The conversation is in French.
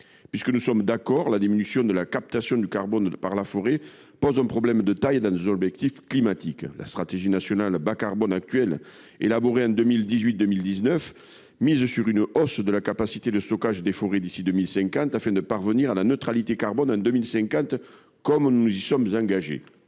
Nous sommes d’accord : la diminution de la captation du carbone par la forêt pose un problème de taille pour atteindre nos objectifs climatiques. La stratégie nationale bas carbone, élaborée en 2018 2019, mise sur une hausse de la capacité de stockage des forêts d’ici à 2050 pour parvenir à la neutralité carbone à cette date, comme nous nous y sommes engagés.